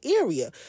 area